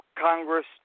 Congress